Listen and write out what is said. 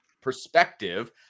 perspective